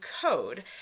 code